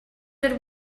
that